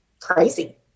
crazy